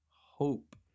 hope